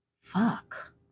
fuck